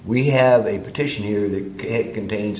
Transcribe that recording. we have a petition here that contains